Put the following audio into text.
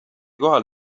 kohal